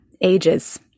Ages